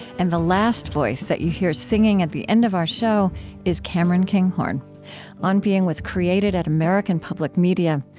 and the last voice that you hear singing at the end of our show is cameron kinghorn on being was created at american public media.